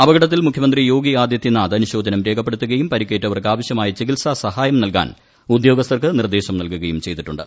അപകടത്തിൽ മുഖ്യമന്ത്രി യോഗി ആദിത്യനാഥ് അനുശോചനം രേഖപ്പെടുത്തുകയും പരിക്കേറ്റവർക്ക് ആവശ്യമായ ചികിത്സാസാഹയം നൽകാൻ ഉദ്ദേർഗ്സ്ഥർക്ക് നിർദ്ദേശം നൽകുകയും ചെയ്തിട്ടുണ്ട്